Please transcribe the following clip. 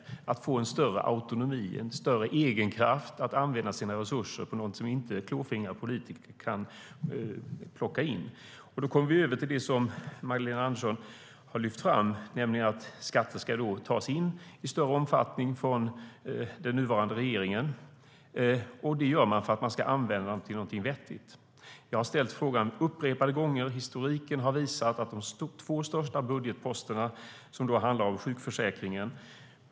Det handlar om att få en större autonomi och en större egenkraft att använda sina resurser till någonting som inte klåfingriga politiker kan plocka in. Då kommer vi över till det som Magdalena Andersson har lyft fram, nämligen att skatter ska tas in i större omfattning av den nuvarande regeringen, och det gör man för att man ska använda dem till någonting vettigt. Jag har ställt frågan upprepade gånger. Historiken har visat något när det gäller de två största budgetposterna, som handlar om sjukförsäkringen.